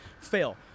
fail